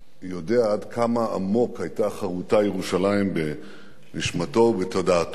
עד כמה עמוק היתה חרוטה ירושלים בנשמתו ובתודעתו.